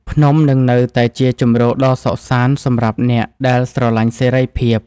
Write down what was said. ភ្នំនឹងនៅតែជាជម្រកដ៏សុខសាន្តសម្រាប់អ្នកដែលស្រឡាញ់សេរីភាព។